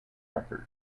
records